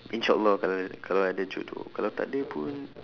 inshallah kalau ad~ kalau ada jodoh kalau takde pun